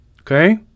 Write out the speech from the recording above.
okay